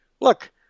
look